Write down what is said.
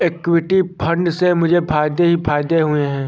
equity fund से मुझे फ़ायदे ही फ़ायदे हुए हैं